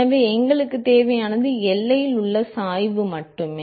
எனவே எங்களுக்குத் தேவையானது எல்லையில் உள்ள சாய்வு மட்டுமே